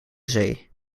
zee